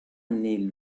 nait